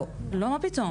לא, מה פתאום.